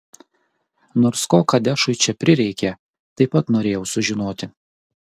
nors ko kadešui čia prireikė taip pat norėjau sužinoti